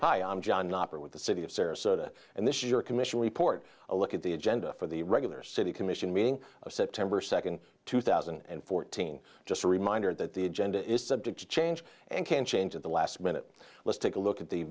hi i'm john knopper with the city of sarasota and this your commission report a look at the agenda for the regular city commission meeting september second two thousand and fourteen just a reminder that the agenda is subject to change and can change at the last minute let's take a look at the